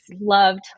Loved